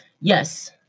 yes